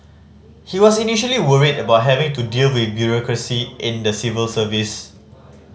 he was initially worried about having to deal with bureaucracy in the civil service